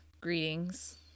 greetings